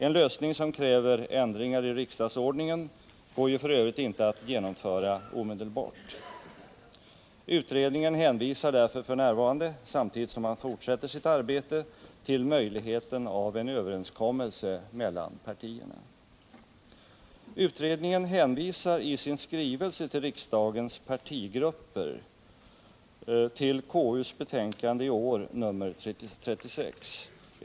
En lösning som kräver ändringar i riksdagsordningen går det f. ö. inte att genomföra omedelbart. Utredningen hänvisar därför f. n., samtidigt som den fortsätter sitt arbete, till möjligheten av en överenskommelse mellan partierna. Utredningen erinrar i sin skrivelse till riksdagens partigrupper om konstitutionsutskottets betänkande rr 36 i år.